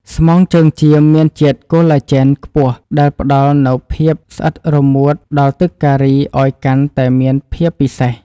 ស្មងជើងចៀមមានជាតិខូឡាជែនខ្ពស់ដែលផ្តល់នូវភាពស្អិតរមួតដល់ទឹកការីឱ្យកាន់តែមានភាពពិសេស។